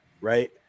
right